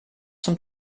zum